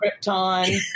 Krypton